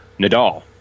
Nadal